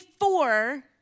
four